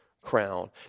crown